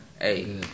Hey